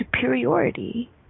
superiority